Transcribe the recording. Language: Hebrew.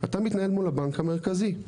אתה מתנהל מול הבנק המרכזי.